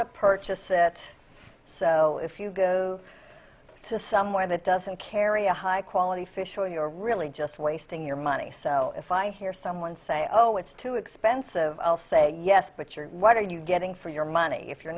to purchase it so if you go to somewhere that doesn't carry a high quality fish oil you're really just wasting your money so if i hear someone say oh it's too expensive i'll say yes but you're what are you getting for your money if you're